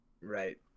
Right